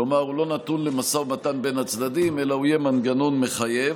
כלומר הוא לא נתון למשא ומתן בין הצדדים אלא יהיה מנגנון מחייב,